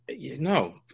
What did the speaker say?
no